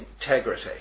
integrity